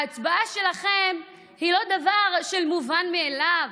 ההצבעה שלכם היא לא דבר מובן מאליו,